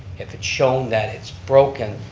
if it shown that it's broken,